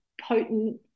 potent